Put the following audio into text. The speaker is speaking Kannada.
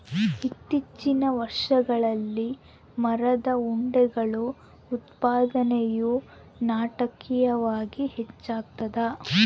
ಇತ್ತೀಚಿನ ವರ್ಷಗಳಲ್ಲಿ ಮರದ ಉಂಡೆಗಳ ಉತ್ಪಾದನೆಯು ನಾಟಕೀಯವಾಗಿ ಹೆಚ್ಚಾಗ್ತದ